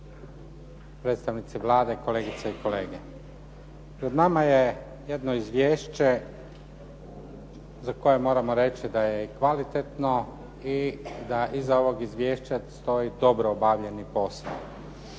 predstavnici Vlade, kolegice i kolege. Pred nama je jedno izvješće za koje moramo reći da je kvalitetno i da iza ovog izvješća stoji dobro obavljeni posao